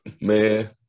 man